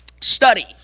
study